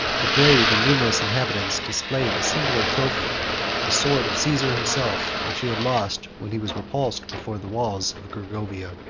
the brave and numerous inhabitants displayed a singular trophy the sword of caesar himself, which he had lost when he was repulsed before the walls of gergovia.